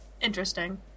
interesting